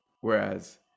Whereas